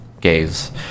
gays